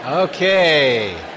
Okay